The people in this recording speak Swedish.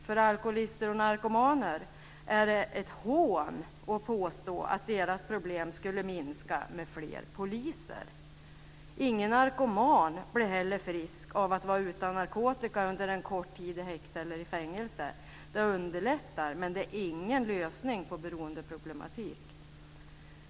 För alkoholister och narkomaner är det ett hån att påstå att deras problem skulle minska med fler poliser. Ingen narkoman blir heller frisk av att vara utan narkotika under en kort tid i häkte eller fängelse. Det underlättar, men det är ingen lösning på beroendeproblematik.